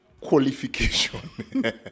qualification